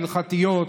ההלכתיות,